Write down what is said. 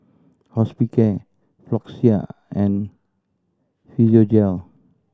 Hospicare Floxia and Physiogel